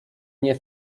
nie